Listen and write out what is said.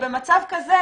במצב כזה,